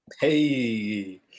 Hey